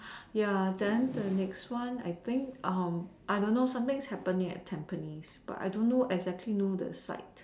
ya then the next one I think I don't know something happening at Tampines but I don't know exactly know the site